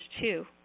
two